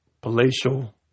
palatial